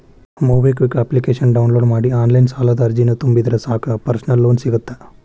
MobiKwik ಅಪ್ಲಿಕೇಶನ download ಮಾಡಿ online ಸಾಲದ ಅರ್ಜಿನ ತುಂಬಿದ್ರ ಸಾಕ್ ಪರ್ಸನಲ್ ಲೋನ್ ಸಿಗತ್ತ